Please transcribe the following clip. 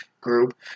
group